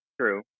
True